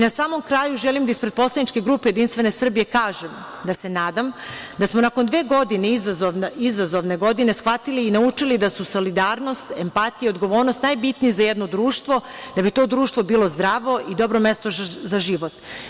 Na samom kraju, želim da ispred poslaničke grupe Jedinstvene Srbije, kažem, da se nadam da smo nakon dve godine, izazovne godine, shvatili i naučili da su solidarnost, empatija, odgovornost najbitniji za jedno društvo, da bi to društvo bilo zdravo i dobro mesto za život.